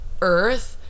earth